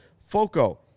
FOCO